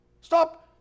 Stop